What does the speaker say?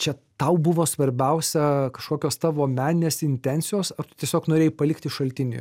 čia tau buvo svarbiausia kažkokios tavo meninės intencijos ar tu tiesiog norėjai palikti šaltinį